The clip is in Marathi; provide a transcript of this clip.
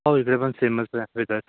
हो इकडे पण सेमच आहे वेदर